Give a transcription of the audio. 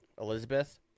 Elizabeth